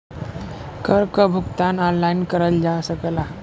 कर क भुगतान ऑनलाइन करल जा सकला